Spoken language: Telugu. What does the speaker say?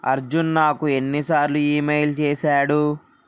అర్జున్ నాకు ఎన్నిసార్లు ఇమెయిల్ చేశాడు